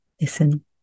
listen